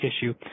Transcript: issue